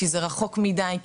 כי זה רחוק מדי,